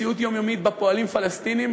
מציאות יומיומית שבה פועלים פלסטינים